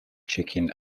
chicken